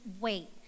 wait